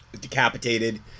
decapitated